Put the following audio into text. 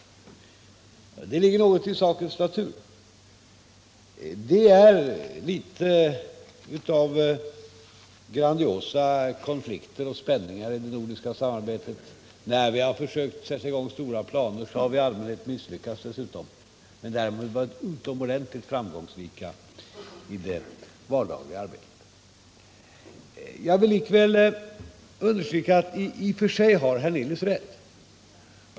Det ligger nog i sakens natur. Det är litet av grandiosa konflikter och spänningar i det nordiska samarbetet. Dessutom har vi i allmänhet misslyckats när vi har försökt sätta i gång med stora planer, men däremot varit utomordentligt framgångsrika i det vardagliga arbetet. Jag vill likväl understryka att i och för sig har Allan Hernelius rätt.